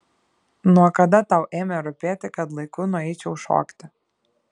nuo kada tau ėmė rūpėti kad laiku nueičiau šokti